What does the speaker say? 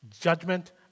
judgment